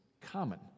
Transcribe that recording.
common